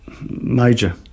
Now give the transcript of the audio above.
major